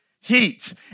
HEAT